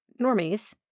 normies